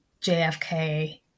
JFK